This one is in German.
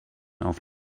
auf